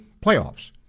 playoffs